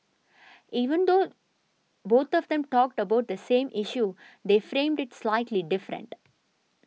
even though both of them talked about the same issue they framed it slightly different